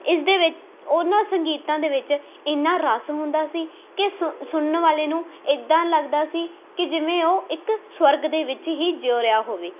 ਇਸਦੇ ਵਿੱਚ ਉਹਨਾਂ ਸੰਗੀਤਾਂ ਦੇ ਵਿੱਚ ਇੰਨਾ ਰਸ ਹੁੰਦਾ ਸੀ ਕਿ ਸੁ ਸੁਣਨ ਵਾਲੇ ਨੂੰ ਇੱਦਾਂ ਲੱਗਦਾ ਸੀ ਕਿ ਜਿਵੇਂ ਉਹ ਇੱਕ ਸਵਰਗ ਦੇ ਵਿੱਚ ਹੀ ਜਿਓ ਰਿਹਾ ਹੋਵੇ